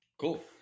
Cool